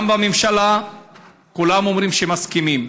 גם בממשלה כולם אומרים שהם מסכימים.